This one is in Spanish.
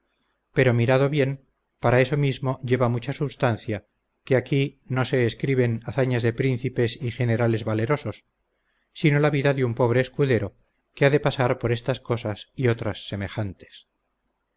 pero mirando bien para eso mismo lleva mucha substancia que aquí no se escriben hazañas de príncipes y generales valerosos sino la vida de un pobre escudero que ha de pasar por estas cosas y otras semejantes